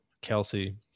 Kelsey